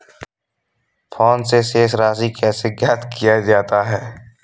Phone से शेष राशि कैसे ज्ञात किया जाता है?